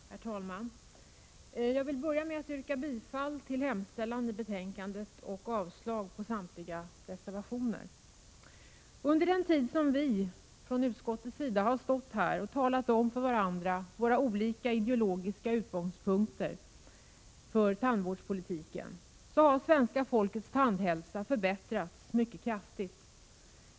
Herr talman! Jag vill börja med att yrka bifall till hemställan i betänkandet och avslag på samtliga reservationer. Under den tid som vi har stått här i kammaren och talat om för varandra vilka olika ideologiska utgångspunkter för tandvårdspolitiken vi har, har svenska folkets tandhälsa förbättrats mycket kraftigt.